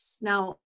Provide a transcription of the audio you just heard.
now